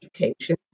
education